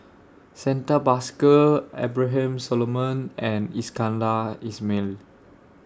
Santha Bhaskar Abraham Solomon and Iskandar Ismail